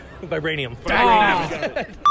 Vibranium